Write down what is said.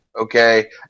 Okay